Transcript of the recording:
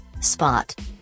Spot